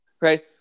right